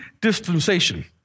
dispensation